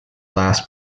last